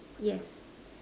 yes